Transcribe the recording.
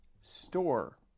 store